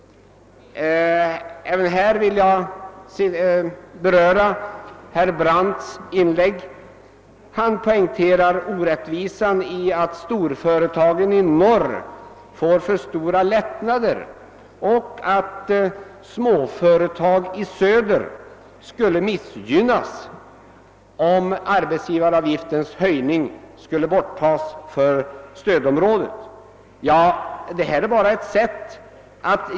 Även härvidlag vill jag beröra herr Brandts inlägg. Han poängterar det orättvisa i att storföretagen i norr får för stora lättnader och att småföretag i söder skulle missgynnas, om arbetsgivaravgiftens höjning inte skulle gälla för stödområdena.